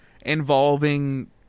involving